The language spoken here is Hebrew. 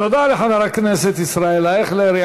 תודה לחבר הכנסת ישראל אייכלר.